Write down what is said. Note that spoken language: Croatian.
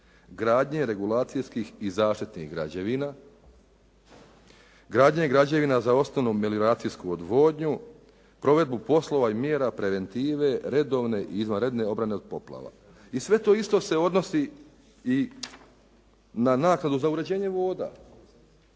gradnje regulacijskih i zaštitnih građevina, gradnje građevina za osnovnu melioracijsku odvodnju, provedbu poslova i mjera preventivne, redovne i izvanredne obrane od poplava. I sve to isto se odnosi i na naknadu za uređenje voda.